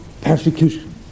persecution